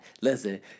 Listen